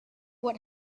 what